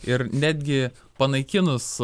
ir netgi panaikinus